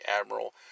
Admiral